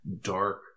dark